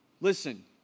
Listen